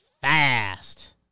fast